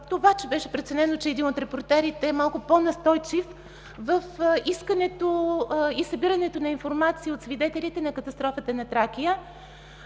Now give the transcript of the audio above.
това, че беше преценено, че един от репортерите е малко по-настойчив в искането и събирането на информация от свидетелите на катастрофата на „Тракия“.